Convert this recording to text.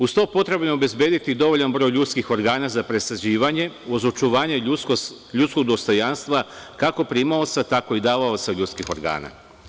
Uz to potrebno je obezbediti dovoljan broj ljudskih organa za presađivanje uz očuvanje ljudskog dostojanstva kako primaoca, tako i davaoca ljudskih organa.